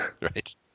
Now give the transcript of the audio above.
Right